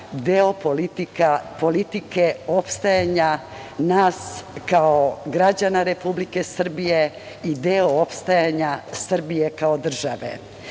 deo politike opstajanja nas, kao građana Republike Srbije i deo opstajanja Srbije, kao države. Bez